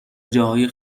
جاهای